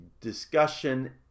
discussion